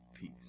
Peace